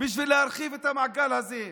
בשביל להרחיב את המעגל הזה,